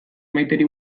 maiteri